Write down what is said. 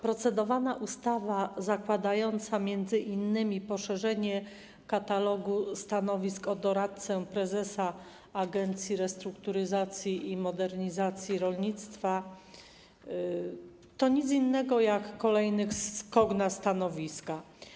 Procedowana ustawa zakładająca m.in. poszerzenie katalogu stanowisk o doradcę prezesa Agencji Restrukturyzacji i Modernizacji Rolnictwa to nic innego jak kolejny skok na stanowiska.